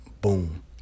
boom